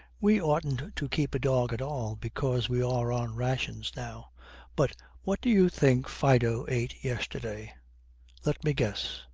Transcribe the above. we oughtn't to keep a dog at all because we are on rations now but what do you think fido ate yesterday let me guess.